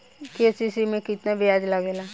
KCC में केतना ब्याज लगेला?